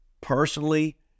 personally